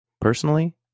Personally